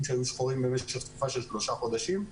שהיו שחורים במשך תקופה של שלושה חודשים.